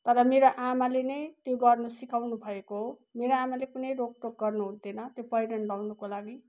तर मेरो आमाले नै त्यो गर्नु सिकाउनुभएको मेरो आमाले कुनै रोकटोक गर्नु हुँदैन त्यो पहिरन लगाउनुको लागि